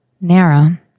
NARA